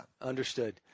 Understood